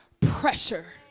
pressure